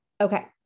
Okay